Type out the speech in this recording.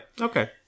okay